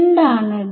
എന്താണ് അത്